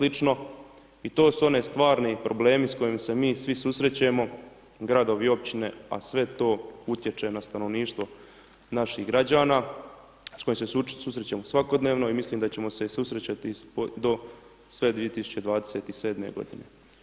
I to su oni stvarni problemi s kojima se mi svi susrećemo, gradovi, općine a sve to utječe na stanovništvo naših građana s kojima se susrećemo svakodnevno i mislim da ćemo se i susretati sve do 2027. godine.